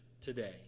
today